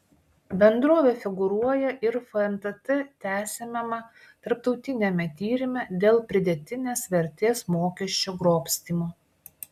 bendrovė figūruoja ir fntt tęsiamame tarptautiniame tyrime dėl pridėtinės vertės mokesčio grobstymo